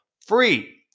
free